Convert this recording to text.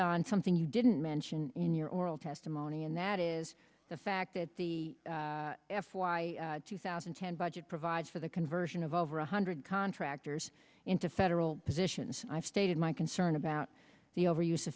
on something you didn't mention in your oral testimony and that is the fact that the f y two thousand and ten budget provides for the conversion of over one hundred contractors into federal positions i stated my concern about the over use